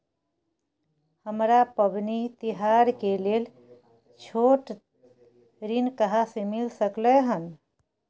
हमरा पबनी तिहार के लेल छोट ऋण कहाँ से मिल सकलय हन?